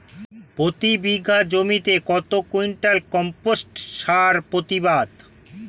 প্রতি বিঘা জমিতে কত কুইন্টাল কম্পোস্ট সার প্রতিবাদ?